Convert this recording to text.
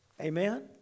Amen